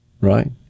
right